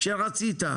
כי בסופו של דבר,